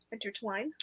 intertwine